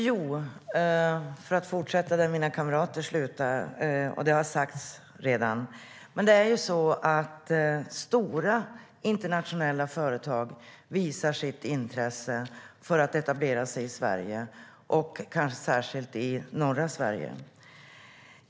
Herr talman! Jag ska fortsätta där mina kamrater slutade, och en del har redan sagts. Stora internationella företag visar sitt intresse för att etablera sig i Sverige, och kanske särskilt i norra Sverige.